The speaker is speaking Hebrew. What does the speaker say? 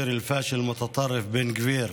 יחד עם השר הכושל והקיצוני בן גביר,